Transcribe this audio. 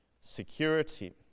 security